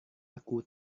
aku